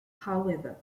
however